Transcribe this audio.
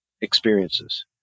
experiences